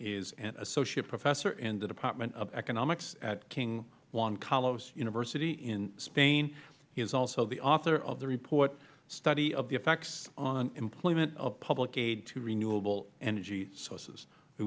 is an associate professor in the department of economics at king juan carlos university in spain he is also the author of the report study of the effects on employment of public aid to renewable energy sources we